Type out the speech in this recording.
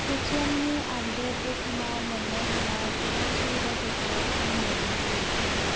Paytm नि update रोखोमाव मोन्नो हानाय गोदान सुबिदाफोरखौ आंनो दिन्थि